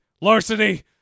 larceny